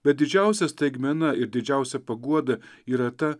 bet didžiausia staigmena ir didžiausia paguoda yra ta